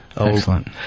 Excellent